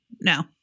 No